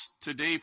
today